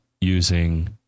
using